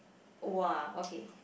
!wah! okay